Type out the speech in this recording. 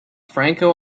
franco